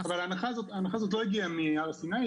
אבל ההנחה הזאת לא הגיע מהר סיני,